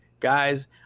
Guys